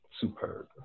superb